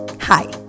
Hi